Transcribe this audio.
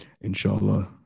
Inshallah